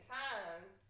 times